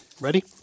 Ready